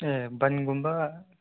ꯑꯦ ꯕꯟꯒꯨꯝꯕ